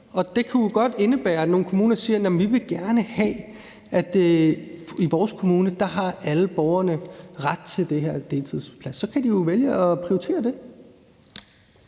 Det kunne jo godt indebære, at nogle kommuner siger, at de gerne vil have, at i deres kommune har alle borgerne ret til den deltidsplads; så kan de jo vælge at prioritere det.